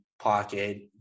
pocket